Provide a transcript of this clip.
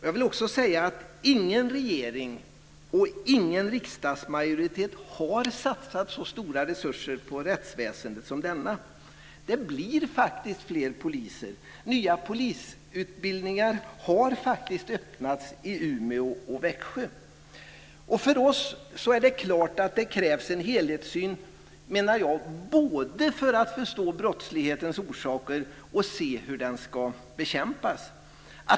Jag vill också säga att ingen regering och ingen riksdagsmajoritet har satsat så stora resurser på rättsväsendet som denna. Det blir faktiskt fler poliser. Nya polisutbildningar har startats i Umeå och Växjö. För oss är det klart att det krävs en helhetssyn både för att förstå brottslighetens orsaker och för att se hur den ska bekämpas.